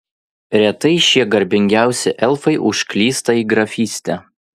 retai šie garbingiausi elfai užklysta į grafystę